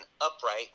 upright